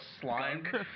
slime